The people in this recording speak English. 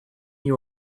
you